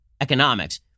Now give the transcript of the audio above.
economics